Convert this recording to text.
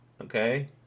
okay